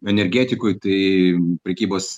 energetikoj tai prekybos